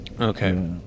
Okay